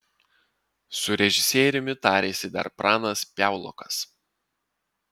su režisieriumi tarėsi dar pranas piaulokas